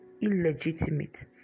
illegitimate